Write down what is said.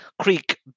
creek